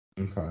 Okay